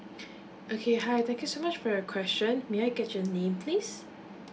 okay hi thank you so much for your question may I get your name please